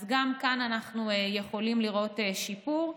אז גם כאן אנחנו יכולים לראות שיפור.